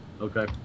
Okay